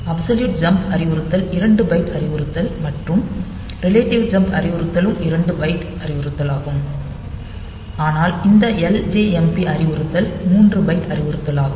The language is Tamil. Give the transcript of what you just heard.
அப்சொலியூட் ஜம்ப் அறிவுறுத்தல் 2 பைட் அறிவுறுத்தல் மற்றும் ரிலேட்டிவ் ஜம்ப் அறிவுறுத்தலும் 2 பைட் அறிவுறுத்தலாகும் ஆனால் இந்த ljmp அறிவுறுத்தல் 3 பைட் அறிவுறுத்தலாகும்